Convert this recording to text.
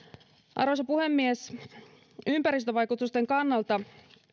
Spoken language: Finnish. arvoisa puhemies ympäristövaikutusten kannalta